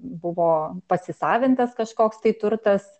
buvo pasisavintas kažkoks tai turtas